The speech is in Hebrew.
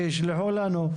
שישלחו לנו.